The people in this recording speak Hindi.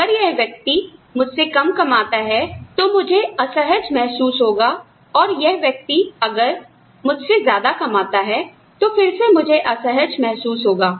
अगर यह व्यक्ति मुझसे कम कमाता है तो मुझे असहज महसूस होगा और अगर यह व्यक्ति मुझसे ज्यादा कमाता है तो फिर से मुझे असहज महसूस होगा